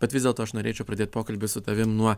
bet vis dėlto aš norėčiau pradėt pokalbį su tavim nuo